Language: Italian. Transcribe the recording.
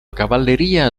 cavalleria